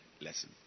lesson